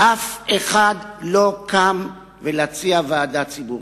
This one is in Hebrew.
אף אחד לא קם להציע ועדה ציבורית.